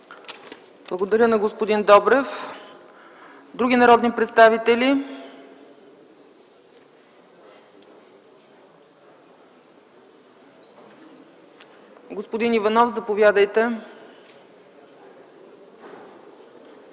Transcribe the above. Благодаря на господин Добрев. Има ли други народни представители? Господин Иванов, заповядайте.